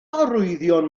arwyddion